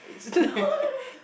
it's